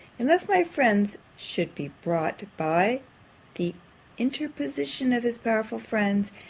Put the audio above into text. unless my friends should be brought, by the interposition of his powerful friends,